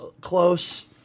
close